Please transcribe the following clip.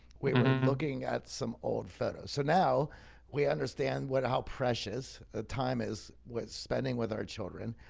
we were looking at some old photos. so now we understand what, how precious ah time is with spending with our children.